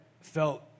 felt